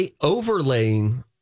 overlaying